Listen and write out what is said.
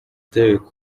derek